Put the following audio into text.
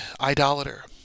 idolater